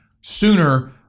sooner